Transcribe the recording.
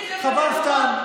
חבל סתם.